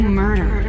murder